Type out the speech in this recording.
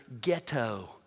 ghetto